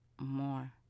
more